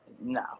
no